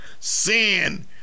sin